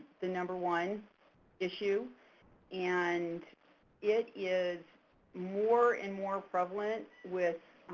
the number one issue and it is more and more prevalent with